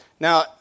Now